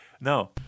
no